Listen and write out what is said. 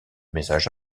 messages